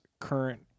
current